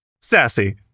Sassy